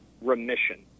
remission